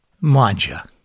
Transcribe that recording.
manja